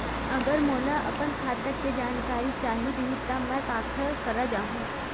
अगर मोला अपन खाता के जानकारी चाही रहि त मैं काखर करा जाहु?